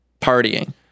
partying